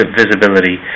visibility